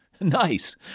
Nice